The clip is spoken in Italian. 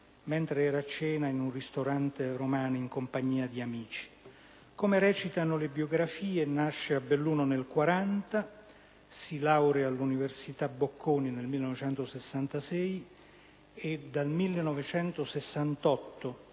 mentre era a cena in un ristorante romano in compagnia di amici. Come recitano le biografie, nasce a Belluno nel 1940, si laurea all'Università "Bocconi" nel 1966 e dal 1968,